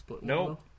No